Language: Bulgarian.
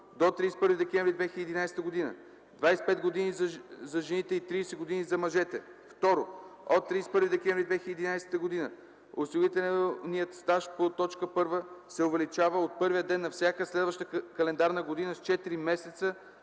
до 31 декември 2011 г. – 25 години за жените и 30 години за мъжете; 2. от 31 декември 2011 г. осигурителният стаж по т. 1 се увеличава от първия ден на всяка следваща календарна година с 4 месеца